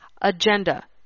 agenda